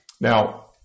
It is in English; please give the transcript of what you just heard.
Now